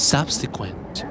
Subsequent